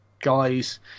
guys